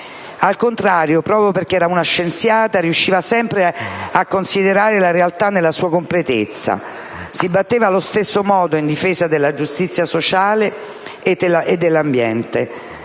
Al contrario, proprio perché era una scienziata, riusciva sempre a considerare la realtà nella sua completezza. Si batteva allo stesso modo in difesa della giustizia sociale e dell'ambiente.